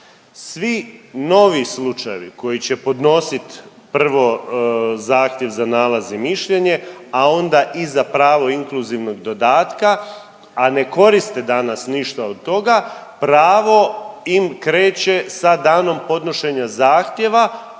Svi novi slučajevi koji će podnosit prvo zahtjev za nalaz i mišljenje, a onda i za pravo inkluzivnog dodataka, a ne koriste danas ništa od toga pravo im kreće sa danom podnošenja zahtjeva.